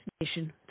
nation